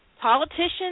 politicians